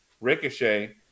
Ricochet